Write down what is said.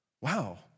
Wow